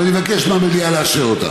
ואני מבקש מהמליאה לאשר אותה.